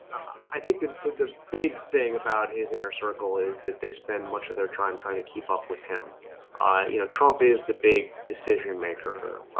i think the the big thing about his inner circle is that they spend much of their time trying to keep up with him you know trump is the big decision maker